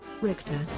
Richter